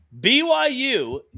BYU